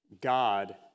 God